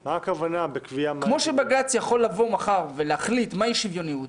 כמו שבג"ץ יכול לבוא מחר ולהחליט מהי שוויוניות,